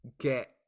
get